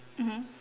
mmhmm